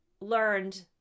learned